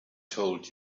told